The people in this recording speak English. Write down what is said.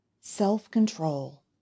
self-control